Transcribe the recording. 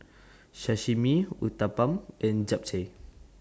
Sashimi Uthapam and Japchae